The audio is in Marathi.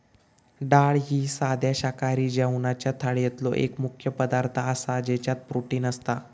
डाळ ही साध्या शाकाहारी जेवणाच्या थाळीतलो एक मुख्य पदार्थ आसा ज्याच्यात प्रोटीन असता